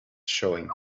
showing